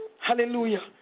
hallelujah